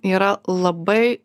yra labai